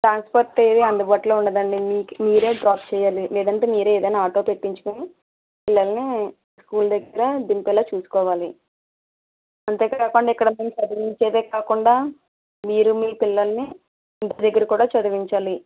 transport ఏవి అందుబాటులో ఉండదండి మీరే డ్రాప్ చెయ్యాలి లేదంటే మీరే ఏదైనా ఆటో తెప్పించుకుని పిల్లల్ని స్కూల్ దగ్గర దింపేలా చూసుకోవాలి అంతే కాకుండా ఇక్కడ మేము చదివించేదే కాకుండా మీరు మీ పిల్లల్ని ఇంటి దగ్గర కూడా చదివించాలి